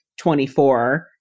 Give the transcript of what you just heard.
24